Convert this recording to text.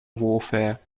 warfare